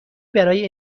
برای